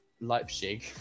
Leipzig